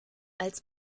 als